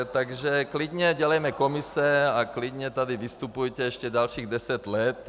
Takže klidně dělejme komise, klidně tady vystupujte ještě dalších deset let.